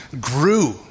grew